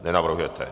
Nenavrhujete.